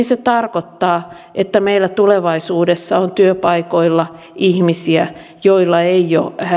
se tarkoittaa että meillä tulevaisuudessa on työpaikoilla ihmisiä joilla ei ole